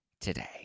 today